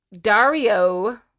Dario